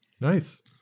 Nice